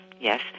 yes